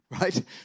right